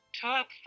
top